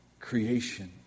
creation